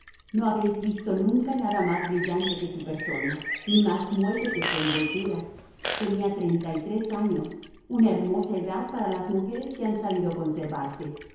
no habéis visto nunca nada más brillante que su persona ni más muelle que su envoltura tenía treinta y tres años una hermosa edad para las mujeres que han sabido conservarse